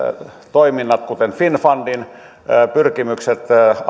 toiminnat kuten finnfundin pyrkimykset